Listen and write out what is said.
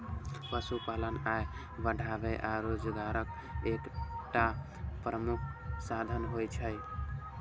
पशुपालन आय बढ़ाबै आ रोजगारक एकटा प्रमुख साधन होइ छै